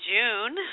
june